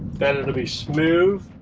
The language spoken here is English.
that it'll be smooth.